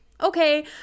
okay